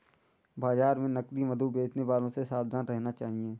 बाजार में नकली मधु बेचने वालों से सावधान रहना चाहिए